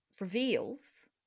reveals